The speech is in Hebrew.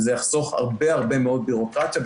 וזה יחסוך הרבה הרבה מאוד ביורוקרטיה.